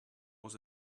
was